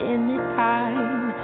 Anytime